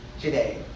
today